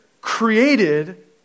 created